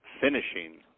finishing